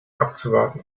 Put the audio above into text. abzuwarten